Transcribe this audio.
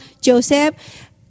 joseph